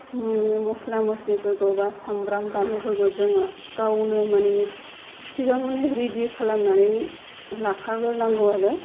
मस्ला मस्लिफोरखौ बा सामब्राम बानलुफोरखौ जोङो गावनो माने सिगां माने रेडि खालामनानै लाखाग्रोनांगौ आरो